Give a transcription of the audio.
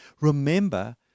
Remember